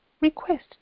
request